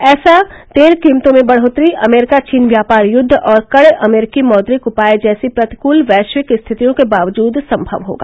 ऐसा तेल कीमतों में बढ़ोतरी अमरीका चीन व्यापार युद्व और कड़े अमरीकी मौद्रिक उपाय जैसी प्रतिकूल वैश्विक स्थितियों के बावजूद संभव होगा